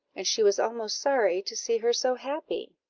and she was almost sorry to see her so happy.